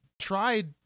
tried